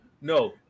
no